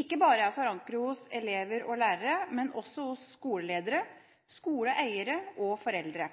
ikke bare er forankret hos elever og lærere, men også hos skoleledere, skoleeiere og foreldre.